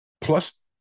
Plus